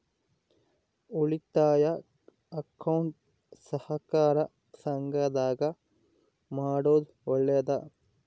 ಉಳಿತಾಯ ಅಕೌಂಟ್ ಸಹಕಾರ ಸಂಘದಾಗ ಮಾಡೋದು ಒಳ್ಳೇದಾ?